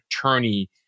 attorney